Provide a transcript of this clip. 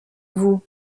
vous